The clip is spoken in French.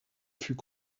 fut